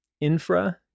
infra